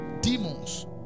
demons